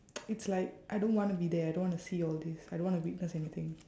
it's like I don't wanna be there I don't want to see all these I don't wanna witness anything